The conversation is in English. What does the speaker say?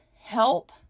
help